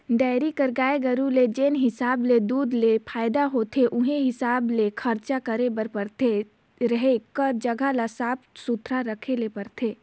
dairy कर गाय गरू ले जेन हिसाब ले दूद ले फायदा होथे उहीं हिसाब ले खरचा करे बर परथे, रहें कर जघा ल साफ सुथरा रखे ले परथे